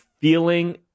feeling